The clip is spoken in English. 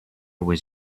was